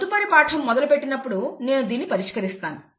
తదుపరి పాఠం మొదలు పెట్టినప్పుడు నేను దీనిని పరిష్కరిస్తాను